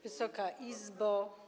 Wysoka Izbo!